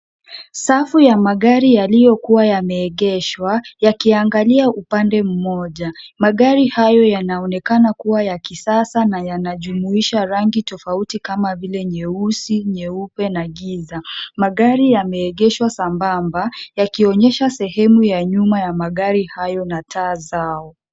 Safu ya magari yaliyokuwa yameegeshwa yakiangalia upande mmoja. Magari hayo yanaonekana kuwa ya kisasa na yanajumuisha rangi tofauti kama vile nyeusi, nyeupe na giza. Magari yameegeshwa sambamba, yakionyesha sehemu ya nyuma ya magari hayo na taa zao.